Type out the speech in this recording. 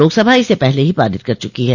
लोकसभा इसे पहले ही पारित कर चुकी है